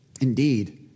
Indeed